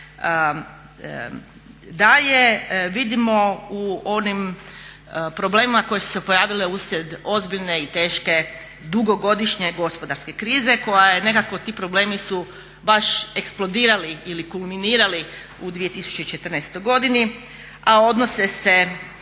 daje vidimo u onim problemima koje su se pojavile uslijed ozbiljne i teške dugogodišnje gospodarske krize koja je nekako ti problemi su baš eksplodirali ili kulminirali u 2014.godini, a odnose se